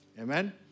Amen